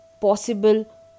possible